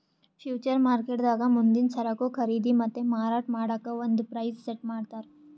future ಮಾರ್ಕೆಟ್ದಾಗ್ ಮುಂದಿನ್ ಸರಕು ಖರೀದಿ ಮತ್ತ್ ಮಾರಾಟ್ ಮಾಡಕ್ಕ್ ಒಂದ್ ಪ್ರೈಸ್ ಸೆಟ್ ಮಾಡ್ತರ್